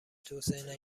توسعه